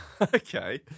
Okay